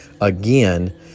again